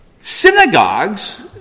synagogues